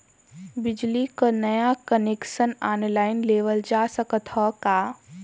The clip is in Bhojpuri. बिजली क नया कनेक्शन ऑनलाइन लेवल जा सकत ह का?